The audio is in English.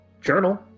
Journal